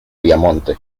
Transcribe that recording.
piamonte